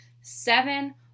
Seven